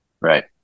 Right